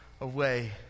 away